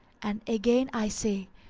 and again i say,